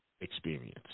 experience